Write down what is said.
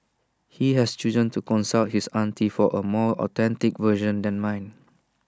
he has chosen to consult his auntie for A more authentic version than mine